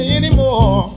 anymore